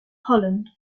holland